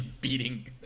beating